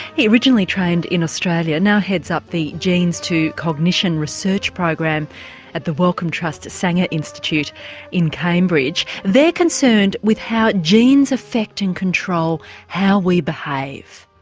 he originally trained in australia and now heads up the genes to cognition research program at the wellcome trust sanger institute in cambridge. they're concerned with how genes affect and control how we behave.